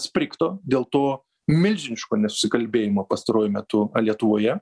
sprigto dėl to milžiniško nesusikalbėjimo pastaruoju metu lietuvoje